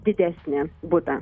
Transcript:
didesnį butą